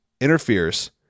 interferes